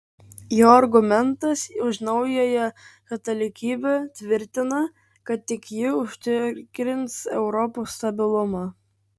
jo argumentas už naująją katalikybę tvirtina kad tik ji užtikrins europos stabilumą